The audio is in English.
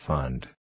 Fund